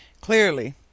Clearly